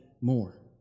more